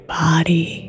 body